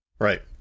Right